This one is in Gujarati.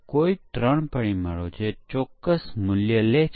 તેથી પરીક્ષણ કેસ શું હશે